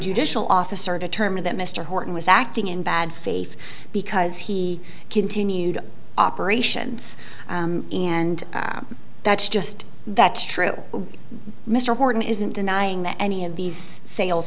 judicial officer determined that mr horton was acting in bad faith because he continued operations and that's just that's true mr horton isn't denying that any of these sales